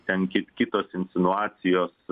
ten ki kitos insinuacijos